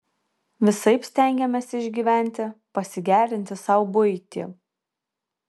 visaip stengėmės išgyventi pasigerinti sau buitį